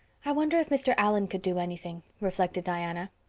i wonder if mr. allan could do anything, reflected diana.